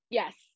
Yes